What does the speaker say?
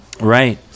Right